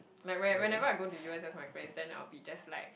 like when whenever I go to U_S_S with my friends then I will be just like